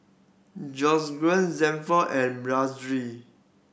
Georgiann Sanford and